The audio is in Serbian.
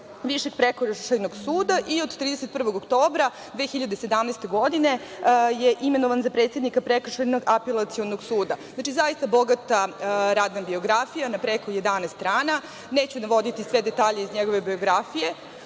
Višeg prekršajnog suda i od 31. oktobra 2017. godine je imenovan za predsednika Prekršajnog apelacionog suda. Znači, zaista bogata radna biografija na preko 11 strana. Neću navoditi sve detalje iz njegove biografije.